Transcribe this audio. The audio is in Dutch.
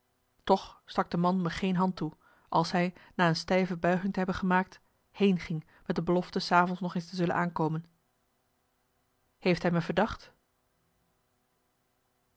toch stak de man me geen hand toe als hij na een stijve buiging te hebben gemaakt heenging met de belofte s avonds nog eens te zullen aankomen heeft hij me verdacht